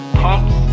pumps